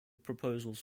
proposals